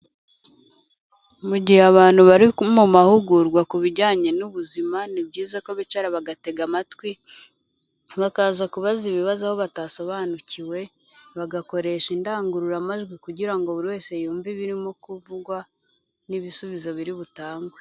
Mu gihe abantu bari mu mahugurwa ku bijyanye n'ubuzima ni byiza ko bicara bagatega amatwi, bakaza kubaza ibibazo aho batasobanukiwe, bagakoresha indangururamajwi kugira ngo buri wese yumve ibirimo kuvugwa n'ibisubizo biri butangwe.